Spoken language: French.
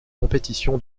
compétition